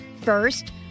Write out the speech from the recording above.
first